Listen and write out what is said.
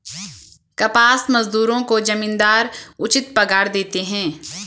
कपास मजदूरों को जमींदार उचित पगार देते हैं